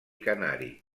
canari